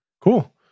Cool